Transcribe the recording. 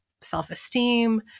self-esteem